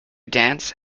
dance